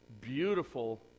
beautiful